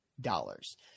dollars